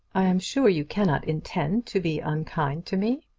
i am sure you cannot intend to be unkind to me?